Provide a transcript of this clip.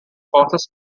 causes